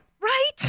Right